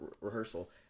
rehearsal